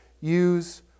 use